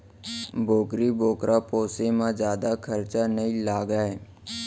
बोकरी बोकरा पोसे म जादा खरचा नइ लागय